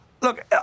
Look